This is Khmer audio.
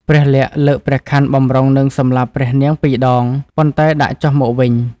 ព្រះលក្សណ៍លើកព្រះខ័នបម្រុងនឹងសម្លាប់ព្រះនាងពីរដង ប៉ុន្តែដាក់ចុះមកវិញ។